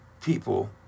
people